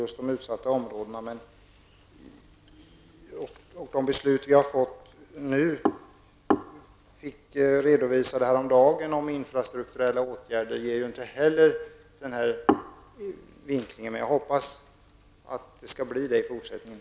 Det regeringsförslag om storstadstrafiken som redovisades häromdagen angående infrastrukturella åtgärder visar inte heller denna rättvisa syn mot svaga regioner. Jag hoppas att det blir en ändring i fortsättningen.